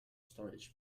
storage